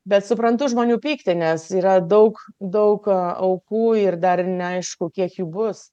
bet suprantu žmonių pyktį nes yra daug daug aukų ir dar neaišku kiek jų bus